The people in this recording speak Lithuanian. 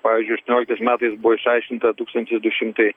pavyzdžiui aštuonioliktais metais buvo išaiškinta tūkstantis du šimtai